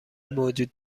موجود